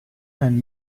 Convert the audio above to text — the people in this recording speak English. and